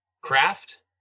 craft